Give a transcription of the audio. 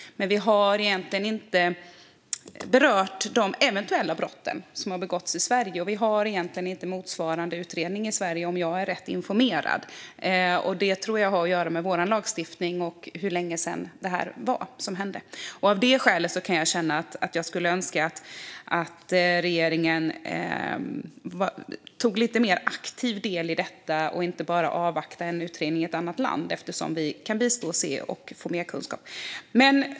Men vi har egentligen inte berört de brott som eventuellt har begåtts i Sverige. Om jag är rätt informerad har vi inte någon motsvarande utredning i Sverige. Det har nog med vår lagstiftning att göra och för hur länge sedan det här skedde. Av detta skäl önskar jag att regeringen tog lite mer aktiv del i detta och inte bara avvaktar en utredning i ett annat land. Vi hade kunnat bistå i den och få mer kunskap.